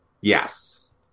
Yes